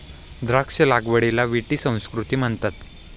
द्राक्ष लागवडीला विटी संस्कृती म्हणतात